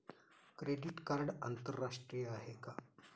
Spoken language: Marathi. क्रेडिट कार्ड आंतरराष्ट्रीय आहे का?